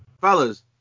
fellas